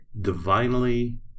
divinely